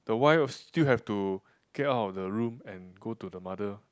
the wife still have to get out of the room and go to the mother